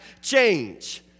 change